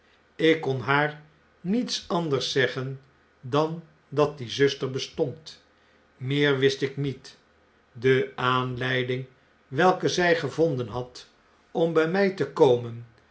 ik kon haar niets anders zeggen dan dat die zuster bestond meer wist ik niet de aanleiding welke zij gevonden had om bjj mjj te komen